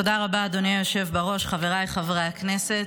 תודה רבה, אדוני היושב בראש, חבריי חברי הכנסת,